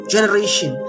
generation